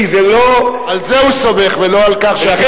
על זה הוא סומך ולא על כך, הבעיה